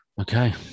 Okay